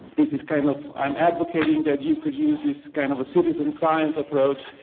this is kind of i am advocating that you could use this kind of a citizen science approach,